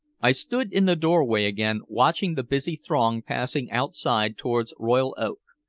i stood in the doorway again watching the busy throng passing outside towards royal oak.